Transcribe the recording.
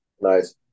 Nice